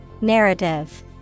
Narrative